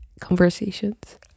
conversations